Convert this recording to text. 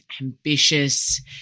ambitious